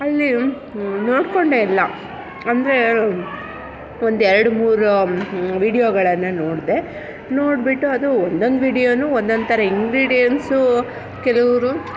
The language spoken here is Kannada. ಅಲ್ಲಿ ನೋಡಿಕೊಂಡೆ ಎಲ್ಲ ಅಂದರೆ ಒಂದೆರ್ಡು ಮೂರು ವೀಡಿಯೋಗಳನ್ನು ನೋಡಿದೆ ನೋಡಿಬಿಟ್ಟು ಅದು ಒಂದೊಂದು ವೀಡಿಯೋನೂ ಒಂದೊಂದು ಥರ ಇನ್ಗ್ರೀಡಿಯನ್ಸು ಕೆಲವರು